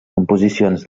composicions